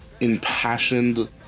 impassioned